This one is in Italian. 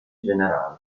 generale